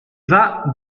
vain